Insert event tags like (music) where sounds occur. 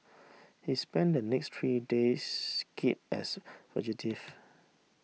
he spent the next three (unintelligible) as fugitive